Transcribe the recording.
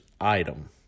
item